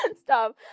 Stop